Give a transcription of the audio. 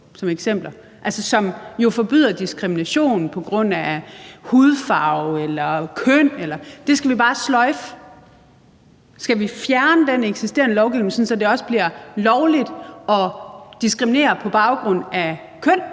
jo forbyder diskrimination på grund af hudfarve eller køn, bare skal sløjfe det. Skal vi fjerne den eksisterende lovgivning, så det også bliver lovligt at diskriminere på baggrund af køn;